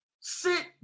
sit